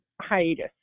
hiatus